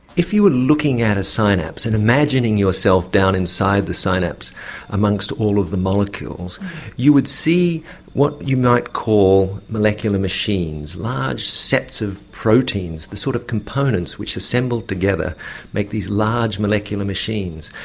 if you were looking at a synapse and imagining yourself down inside the synapse amongst all of the molecules you would see what you might call molecular machines, large sets of proteins the sort of components which assembled together make these large molecular machines.